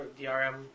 DRM